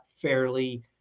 fairly